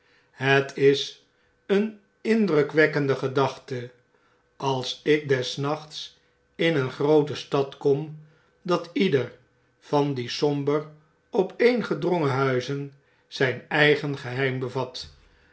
het is eene indrukwekkende gedachte als ik des nachtsin eene groote stad kom dat ieder van die somber opeengedrongen huizen zijn eigen geheim bevat